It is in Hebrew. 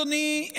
אדוני,